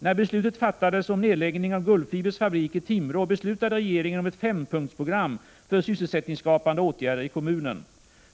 När beslutet fattades om nedläggning av Gullfibers fabrik i Timrå beslutade regeringen om ett fempunktsprogram för sysselsättningsskapande åtgärder i kommunen.